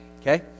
okay